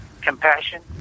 compassion